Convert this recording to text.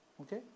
okay